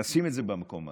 לשים את זה במקום הנכון,